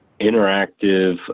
interactive